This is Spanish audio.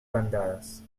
bandadas